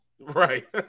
right